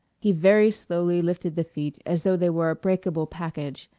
he very slowly lifted the feet as though they were a breakable package,